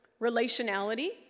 relationality